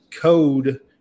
code